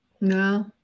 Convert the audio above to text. No